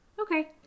Okay